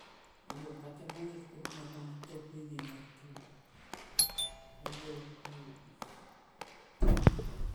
Eiau a ka te mangil kuru ne goan a toukui ni latu. Eiau ku.